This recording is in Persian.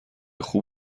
خوب